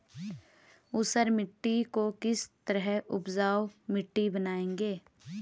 ऊसर मिट्टी को किस तरह उपजाऊ मिट्टी बनाएंगे?